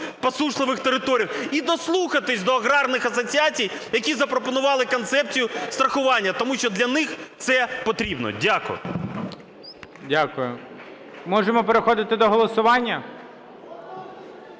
посушливих територіях, і дослухатись до аграрних асоціацій, які запропонували концепцію страхування, тому що для них це потрібно. Дякую. ГОЛОВУЮЧИЙ. Дякую. Можемо переходити до голосування?